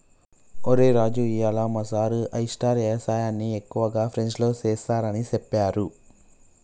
ఒరై రాజు ఇయ్యాల మా సారు ఆయిస్టార్ యవసాయన్ని ఎక్కువగా ఫ్రెంచ్లో సెస్తారని సెప్పారు